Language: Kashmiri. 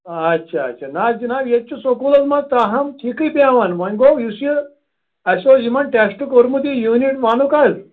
اچھا اچھا نہ حظ جناب ییٚتہِ چھُ سکوٗلس منٛز تاہم ٹھیٖکھٕے بیٚہوان وۅنۍ گوٚو یُس یہِ اَسہِ اوس یِمن ٹیسٹ کوٚرمُت یہِ یوٗنِٹ ونُک حظ